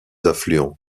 affluents